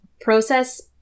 process